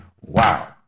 Wow